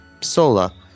Sola